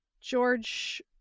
George